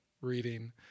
reading